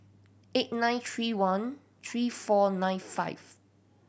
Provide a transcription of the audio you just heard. eight nine three one three four nine five